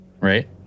right